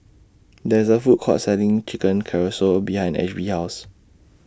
There IS A Food Court Selling Chicken Casserole behind Ashby's House